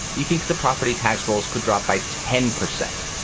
he thinks the property tax rolls could drop by ten percent.